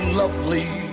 lovely